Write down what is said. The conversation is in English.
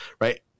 right